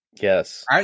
Yes